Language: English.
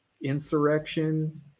insurrection